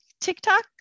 TikTok